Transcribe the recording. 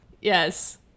Yes